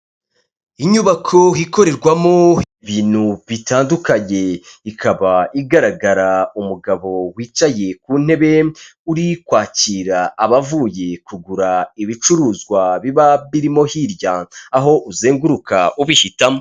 Inyubako ikorerwamo ibintu bitandukanye, ikaba igaragara umugabo wicaye ku ntebe, uri kwakira abavuye kugura ibicuruzwa biba birimo hirya, aho uzenguruka ubihitamo.